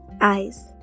eyes